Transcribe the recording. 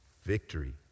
Victory